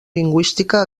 lingüística